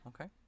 Okay